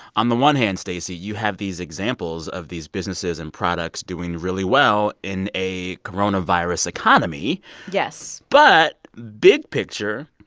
on the one hand, stacey, you have these examples of these businesses and products doing really well in a coronavirus economy yes but big picture,